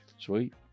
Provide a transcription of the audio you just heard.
sweet